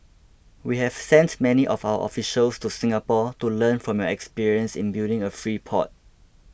we have sent many of our officials to Singapore to learn from your experience in building a free port